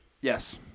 Yes